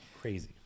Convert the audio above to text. crazy